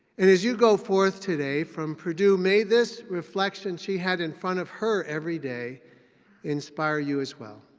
and as you go forth today from purdue, may this reflection she had in front of her every day inspire you as well.